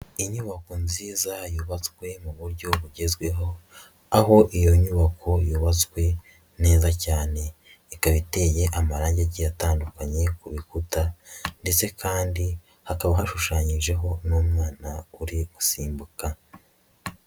Inyubako nziza yubatswe mu buryo bugezweho, aho iyo nyubako yubatswe neza cyane, ikaba iteye amarangi agiye atandukanye ku rukuta ndetse kandi hakaba hashushanyijeho n'umwana uri gusimbuka.